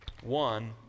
one